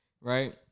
Right